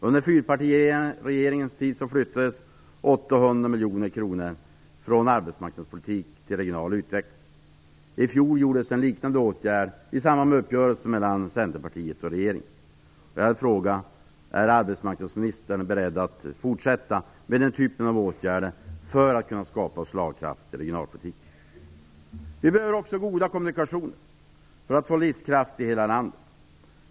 Under fyrpartiregeringens tid flyttades 800 miljoner kronor från arbetsmarknadspolitik till regional utveckling. I fjol vidtogs en liknande åtgärd i samband med uppgörelsen mellan Vi behöver också goda kommunikationer för att få livskraft i hela landet.